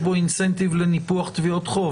אלא באמת מידיעותיי מתפקידי הקודם.